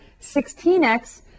16x